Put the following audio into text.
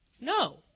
No